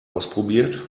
ausprobiert